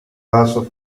lazo